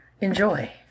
Enjoy